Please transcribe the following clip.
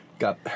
got